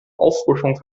auffrischung